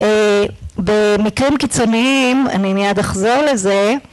במקרים קיצוניים, אני מיד אחזור לזה